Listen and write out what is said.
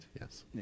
yes